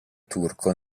turco